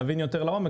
נבין יותר לעומק,